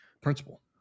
principle